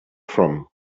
from